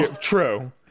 True